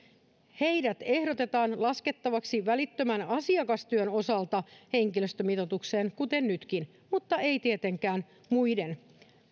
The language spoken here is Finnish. heidät ehdotetaan laskettavaksi välittömän asiakastyön osalta henkilöstömitoitukseen kuten nytkin mutta ei tietenkään muiden